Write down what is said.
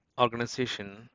organization